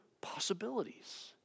possibilities